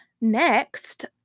next